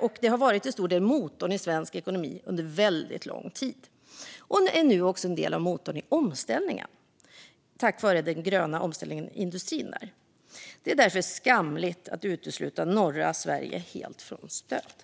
och det har till stor del varit motorn i svensk ekonomi under väldigt lång tid. Nu är det också en del av motorn i omställningen tack vare den gröna omställningen i industrin där. Det är därför skamligt att utesluta norra Sverige helt från stöd.